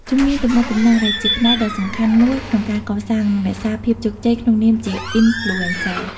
ជំនាញទំនាក់ទំនង ដែលជាផ្នែកដ៏សំខាន់មួយក្នុងការកសាង និងរក្សាភាពជោគជ័យក្នុងនាមជា Influencer។